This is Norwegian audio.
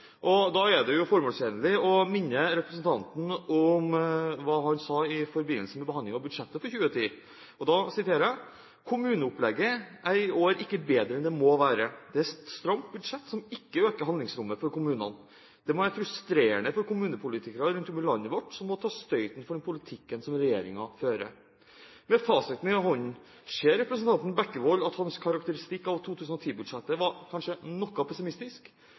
2010. Da er det formålstjenlig å minne representanten om hva han sa i forbindelse med behandlingen av budsjettet for 2010: «Kommuneopplegget er i år ikke bedre enn det må være. Det er et stramt budsjett som ikke øker handlingsrommet for kommunene.» Det må være frustrerende for kommunepolitikere rundt om i landet vårt som må ta støyten for den politikken som regjeringen fører. Med fasiten i hånden – ser representanten Bekkevold at hans karakteristikk av 2010-budsjettet kanskje var noe pessimistisk?